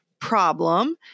problem